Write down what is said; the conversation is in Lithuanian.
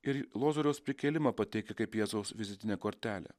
ir lozoriaus prikėlimą pateikti kaip jėzaus vizitinę kortelę